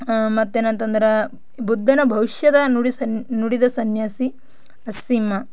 ಹಾಂ ಮತ್ತೇನಂತಂದ್ರೆ ಬುದ್ಧನ ಭವಿಷ್ಯದ ನುಡಿ ಸನ್ ನುಡಿದ ಸನ್ಯಾಸಿ ಅಸ್ಸೀಮಾ